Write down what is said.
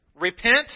Repent